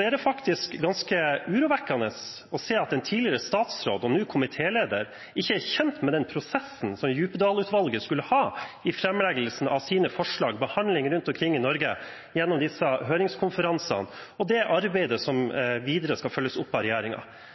er det faktisk ganske urovekkende å se at en tidligere statsråd og nå komitéleder ikke er kjent med den prosessen som en skulle ha rundt Djupedal-utvalgets innstilling angående framleggelsen av forslagene, behandling rundt omkring i Norge gjennom disse høringskonferansene og det arbeidet som videre skal følges opp av